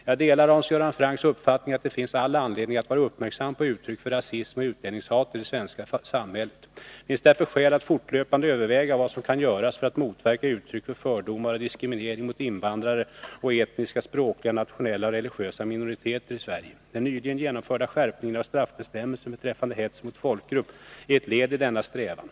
Jag delar Hans Göran Francks uppfattning att det finns all anledning att vara uppmärksam på uttryck för rasism och utlänningshat i det svenska samhället. Det finns därför skäl att fortlöpande överväga vad som kan göras för att motverka uttryck för fördomar och diskriminering mot invandrare och etniska, språkliga, nationella och religiösa minoriteter i Sverige. Den nyligen genomförda skärpningen av straffbestämmelsen beträffande hets mot folkgrupp är ett led i denna strävan.